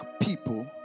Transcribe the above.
people